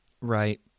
Right